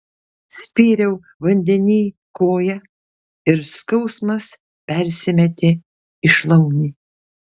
spyriau vandenyj koja ir skausmas persimetė į šlaunį